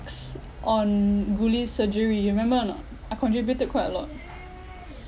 on guli's surgery you remember or not I contributed quite a lot